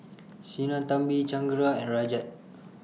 Sinnathamby Chengara and Rajat